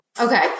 Okay